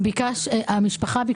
בני המשפחה.